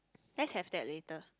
let's have that later